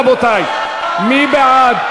רבותי, מי בעד?